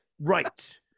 Right